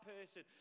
person